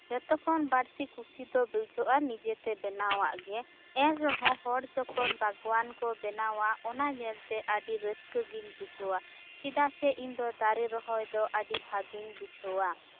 ᱡᱚᱛᱚᱠᱷᱚᱱ ᱵᱟᱹᱲᱛᱤ ᱠᱩᱥᱤᱫᱚ ᱵᱩᱡᱷᱟᱹᱜ ᱟ ᱱᱤᱡᱮᱛᱮ ᱵᱮᱱᱟᱣᱟᱜ ᱜᱮ ᱮᱱᱨᱮᱦᱚᱸ ᱦᱚᱲᱡᱚᱠᱷᱚᱱ ᱵᱟᱜᱣᱟᱱ ᱠᱩ ᱵᱮᱱᱟᱣᱟ ᱚᱱᱟ ᱧᱮᱞᱛᱮ ᱟᱹᱰᱤ ᱨᱟᱹᱥᱠᱟᱹᱜᱤᱧ ᱵᱩᱡᱷᱟᱹᱣᱟ ᱪᱮᱫᱟᱜ ᱥᱮ ᱤᱧᱫᱚ ᱫᱟᱨᱮ ᱨᱚᱦᱚᱭ ᱫᱚ ᱟᱹᱰᱤ ᱵᱷᱟᱜᱤᱧ ᱵᱩᱡᱷᱟᱹᱣᱟ